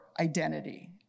identity